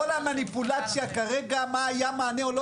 כל המניפולציה כרגע מה היה המענה או לא,